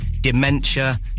dementia